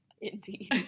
indeed